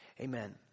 Amen